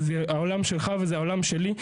זה העולם שלך וזה העולם שלי.